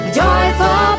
joyful